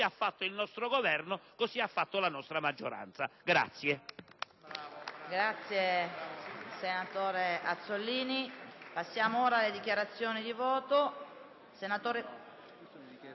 ha fatto il nostro Governo, così ha fatto la nostra maggioranza.